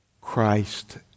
Christ